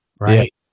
right